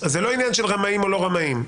לא עניין של רמאים או לא רמאים.